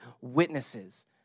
witnesses